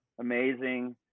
amazing